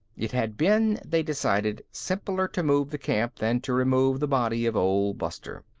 it had been, they decided, simpler to move the camp than to remove the body of old buster.